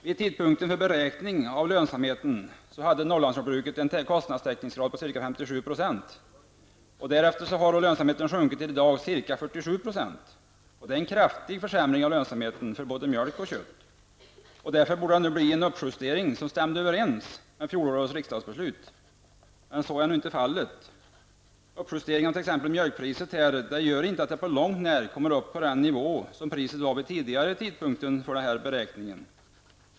Vid tidpunkten för beräkningen av lönsamheten hade Norrlandsjordbruket en kostnadstäckningsgrad på ca 57 %. Därefter har lönsamheten fram till i dag sjunkit till ca 47 %. Detta är en kraftig försämring av lönsamheten för både mjölk och kött. Därför borde det nu bli en uppjustering som stämde överens med fjolårets riksdagsbeslut. Så har dock inte blivit fallet. Uppjusteringen av t.ex. mjölkpriset medför inte att priset kommer upp till långt när den nivå som priset hade vid den tidigare tidpunkten för lönsamhetsberäkningen.